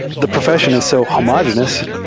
the profess ion is so homogenous,